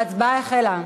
ההצבעה החלה.